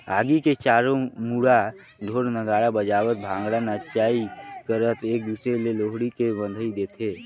आगी के चारों मुड़ा ढोर नगाड़ा बजावत भांगडा नाचई करत एक दूसर ले लोहड़ी के बधई देथे